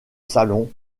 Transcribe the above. salon